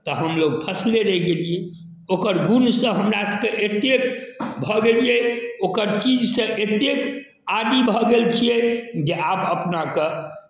तऽ हमलोग फँसले रहि गेलियै ओकर गुणसँ हमरासभकेँ एतेक भऽ गेलियै ओकर चीजसँ एतेक आदी भऽ गेल छियै जे आब अपनाकेँ